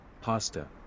pasta